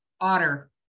Otter